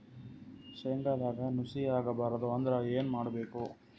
ಶೇಂಗದಾಗ ನುಸಿ ಆಗಬಾರದು ಅಂದ್ರ ಏನು ಮಾಡಬೇಕು?